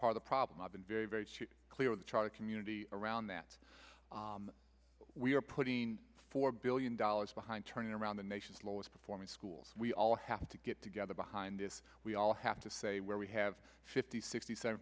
part of problem i've been very very clear in the charter community around that we are putting four billion dollars behind turning around the nation's lowest performing schools we all have to get together behind this we all have to say where we have fifty sixty seven